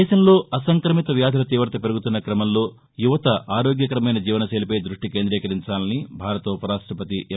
దేశంలో అసంక్రమిత వ్యాధుల తీవత పెరుగుతున్న క్రమంలో యువత ఆరోగ్యకరమైన జీవనతెలిపై దృష్షి కేంద్రీకరించాలని భారత ఉపరాష్టపతి ఎం